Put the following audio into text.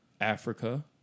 Africa